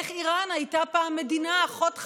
איך איראן הייתה פעם מדינה אחות חברה.